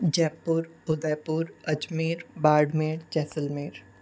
Jaipur Udaipur Ajmer Barmer Jaisalmer